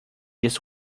this